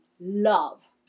love